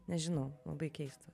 nežinau labai keista